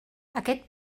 aquest